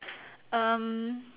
um